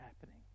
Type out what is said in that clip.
happening